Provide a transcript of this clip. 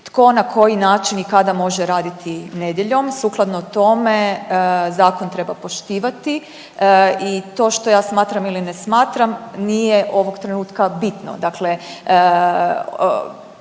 tko na koji način i kada može raditi nedjeljom. Sukladno tome, zakon treba poštivati i to što ja smatram ili ne smatram nije ovog trenutka bitno.